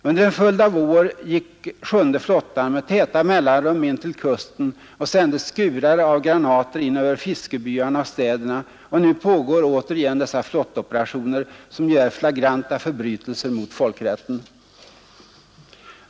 Under en följd av år gick sjunde flottan med täta mellanrum in till kusten och sände skurar av granater in över fiskebyarna och städerna, och nu pågår återigen dessa flottopera 95 tioner, som ju är flagranta förbrytelser mot folkrätten.